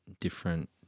different